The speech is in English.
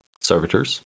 servitors